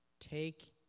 take